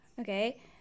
okay